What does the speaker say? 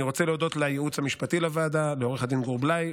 אני רוצה להודות לייעוץ המשפטי לוועדה: לעו"ד גור בליי,